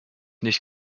nicht